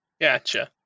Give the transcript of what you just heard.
gotcha